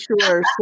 sure